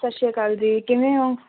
ਸਤਿ ਸ਼੍ਰੀ ਅਕਾਲ ਜੀ ਕਿਵੇਂ ਹੋ